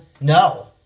No